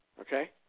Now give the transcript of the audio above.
Okay